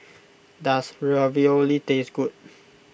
does Ravioli taste good